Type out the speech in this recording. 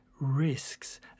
risks